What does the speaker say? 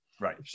Right